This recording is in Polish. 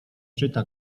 czyta